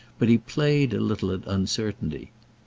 but he played a little at uncertainty.